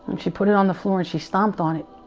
she put it on the floor and she stomped on it